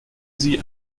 sie